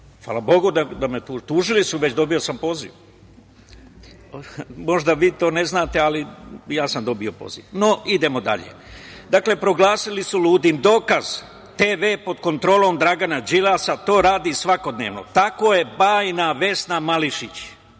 Hvala Bogu. Tužili su me već, dobio sam poziv. Možda vi to ne znate, ali ja sam dobio poziv.No, idemo dalje. Dakle, proglasili su ludim. Dokaz – TV pod kontrolom Dragana Đilasa to radi svakodnevno. Tako je bajna Vesna Mališić,